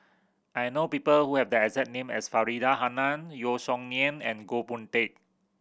I know people who have the exact name as Faridah Hanum Yeo Song Nian and Goh Boon Teck